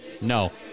No